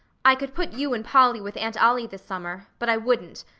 i could put you and polly with aunt ollie this summer but i wouldn't,